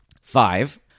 Five